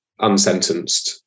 unsentenced